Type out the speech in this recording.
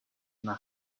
than